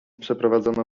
przeprowadzono